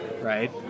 right